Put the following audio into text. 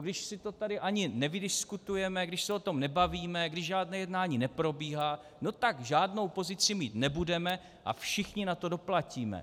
Když si to tady ani nevydiskutujeme, když se o tom nebavíme, když žádné jednání neprobíhá, tak žádnou pozici mít nebudeme a všichni na to doplatíme.